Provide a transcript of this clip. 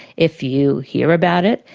if you hear about it,